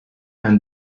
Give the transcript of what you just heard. and